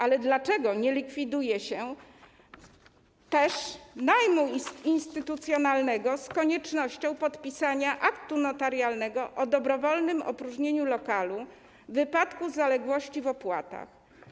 Ale dlaczego nie likwiduje się najmu instytucjonalnego z koniecznością podpisania aktu notarialnego o dobrowolnym opróżnieniu lokalu w wypadku zaległości w opłatach?